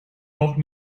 noch